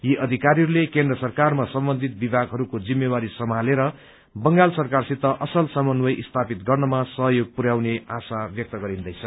यी अधिकारीहरूले केन्द्र सरकारमा सम्बन्धित विभागहरूको जिम्मेवारी सम्हालेर बंगाल सरकारसित असल समन्वय स्थापित गर्नमा सहयोग पुरयाउने आशा व्यक्त गरिन्दैछ